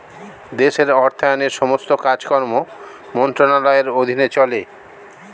দেশের অর্থায়নের সমস্ত কাজকর্ম মন্ত্রণালয়ের অধীনে চলে